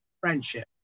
friendship